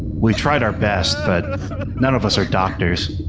we tried our best, but none of us are doctors.